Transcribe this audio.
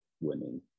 winning